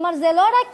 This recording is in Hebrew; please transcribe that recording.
כלומר, זה לא רק